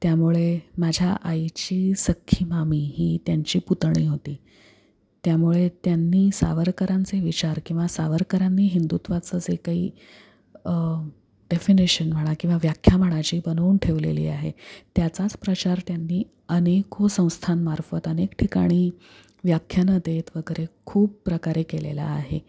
त्यामुळे माझ्या आईची सख्खी मामी ही त्यांची पुतणी होती त्यामुळे त्यांनी सावरकरांचे विचार किंवा सावरकरांनी हिंदुत्वाचं जे काही डेफिनेशन म्हणा किंवा व्याख्या म्हणा जी बनवून ठेवलेली आहे त्याचाच प्रचार त्यांनी अनेक संस्थांमार्फत अनेक ठिकाणी व्याख्यानं देत वगैरे खूप प्रकारे केलेला आहे